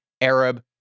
Arab